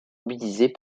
mobilisés